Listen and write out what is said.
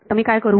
तर मी काय करू